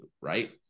right